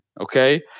Okay